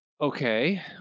okay